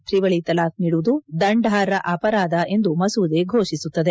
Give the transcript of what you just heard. ತ್ರಿವಳಿ ತಲಾಖ್ ನೀಡುವುದು ದಂಡಾರ್ಹ ಅಪರಾಧ ಎಂದು ಮಸೂದೆ ಫೋಷಿಸುತ್ತದೆ